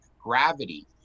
gravity